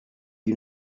you